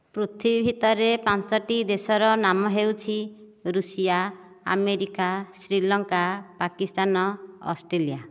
ପୃଥିବୀ ଭିତରେ ପାଞ୍ଚୋଟି ଦେଶର ନାମ ହେଉଛି Russia America Sri Lanka Pakistan Australia